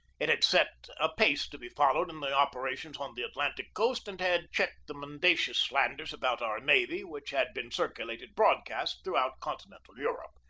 it had set a pace to be followed in the operations on the atlantic coast and had checked the mendacious slanders about our navy which had been circulated broadcast throughout continental europe.